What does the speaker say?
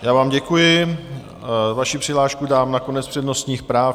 Já vám děkuji, vaši přihlášku dám na konec přednostních práv.